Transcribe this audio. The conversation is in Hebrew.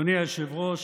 אדוני היושב-ראש,